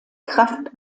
kraft